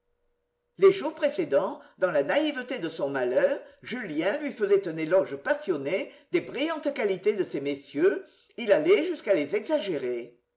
les jours précédents dans la naïveté de son malheur julien lui faisait un éloge passionné des brillantes qualités de ces messieurs il allait jusqu'à les exagérer